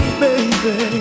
baby